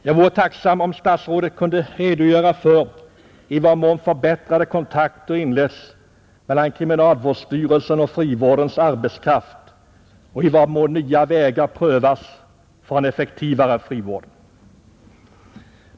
Jag vore tacksam om statsrådet kunde redogöra för i vad mån förbättrade kontakter inletts mellan kriminalvårdsstyrelsen och frivårdens arbetskraft och i vad mån nya vägar prövas för en effektivare frivård.